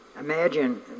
Imagine